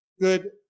good